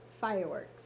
fireworks